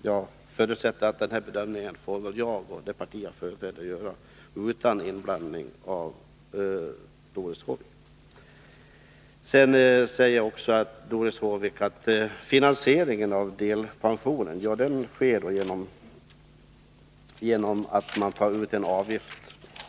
Jag förutsätter emellertid att den bedömningen får göras av mig och det parti som jag företräder utan inblandning av fru Håvik. Finansieringen av delpensionerna sker genom att man tar ut en arbetsgivaravgift,